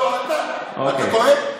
לא, לא אתה, אתה טועה.